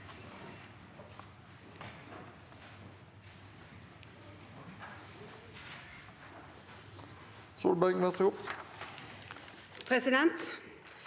Presidenten